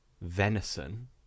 venison